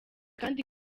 kandi